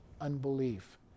unbelief